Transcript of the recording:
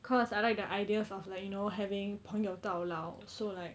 cause I like the ideas of like you know having 朋友到老 so like